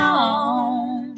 on